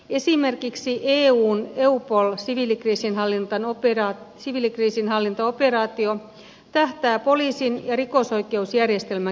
esimerkiksi eun eupol siviilikriisinhallintaoperaatio tähtää poliisin ja rikosoikeusjärjestelmän kehittämiseen